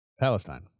Palestine